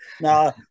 no